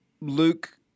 Luke